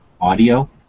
audio